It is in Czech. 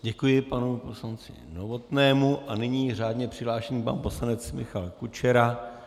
Děkuji panu poslanci Novotnému a nyní je řádně přihlášen pan poslanec Michal Kučera.